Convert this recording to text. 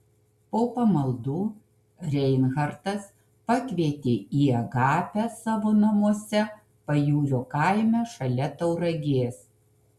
po pamaldų reinhartas pakvietė į agapę savo namuose pajūrio kaime šalia tauragės